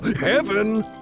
Heaven